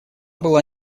была